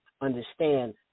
understand